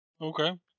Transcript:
Okay